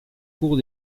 cours